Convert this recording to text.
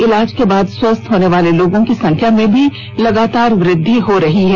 इलाज के बाद स्वस्थ्य होने वाले लोगों की संख्या में भी लागतार वृद्धि हो रही है